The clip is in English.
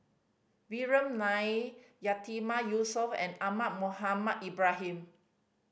Vikram Nair Yatiman Yusof and Ahmad Mohamed Ibrahim